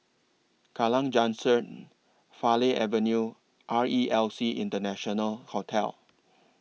Kallang Junction Farleigh Avenue R E L C International Hotel